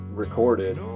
recorded